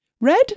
Red